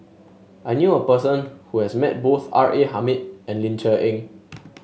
I knew a person who has met both R A Hamid and Ling Cher Eng